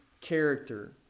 character